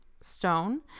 stone